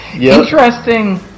Interesting